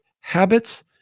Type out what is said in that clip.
habits